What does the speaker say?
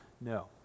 No